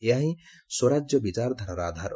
ଏହା ହିଁ ସ୍ୱରାଜ୍ୟ ବିଚାରଧାରାର ଆଧାର